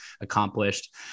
accomplished